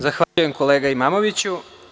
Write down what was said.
Zahvaljujem kolega Imamoviću.